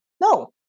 No